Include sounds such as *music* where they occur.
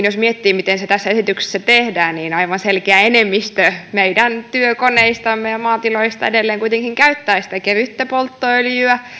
*unintelligible* jos miettii miten se kohdentaminen tässä esityksessä tehdään niin aivan selkeä enemmistö meidän työkoneistamme ja maatiloistamme edelleen kuitenkin käyttää sitä kevyttä polttoöljyä